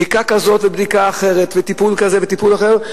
בדיקה כזאת ובדיקה אחרת וטיפול כזה וטיפול אחר,